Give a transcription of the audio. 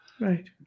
right